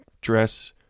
dress